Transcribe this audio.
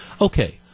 Okay